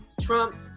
Trump